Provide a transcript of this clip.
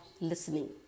listening